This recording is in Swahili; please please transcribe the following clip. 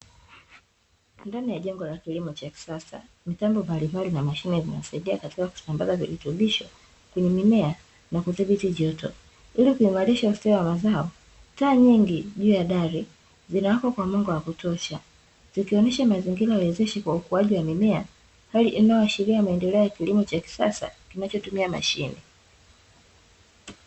Ndani ya jengo la kilimo cha kisasa mitambo mbalimbali na mashine vinasaidia katika kusambaza virutubisho kwenye mimea na kudhibiti joto ilikuimarisha ustawi wa mazao taa nyingi juu ya dari zinawaka kwa mwanga wa kutosha, zikionyesha mazingira wezeshi kwa ukuaji wa mimea hali inayoashiria maendeleo ya kilimo cha kisasa kinachotumia mashine.